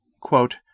Quote